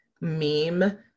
meme